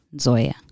Zoya